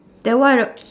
then what a~